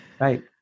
Right